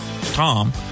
Tom